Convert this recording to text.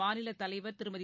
மாநிலத் தலைவர் திருமதி